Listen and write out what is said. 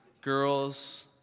girls